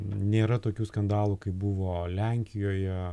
nėra tokių skandalų kaip buvo lenkijoje